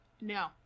No